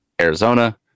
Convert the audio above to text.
Arizona